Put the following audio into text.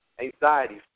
anxiety